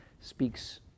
speaks